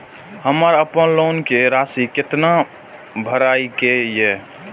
हमर अपन लोन के राशि कितना भराई के ये?